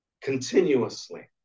continuously